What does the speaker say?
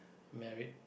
married